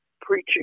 preaching